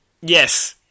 Yes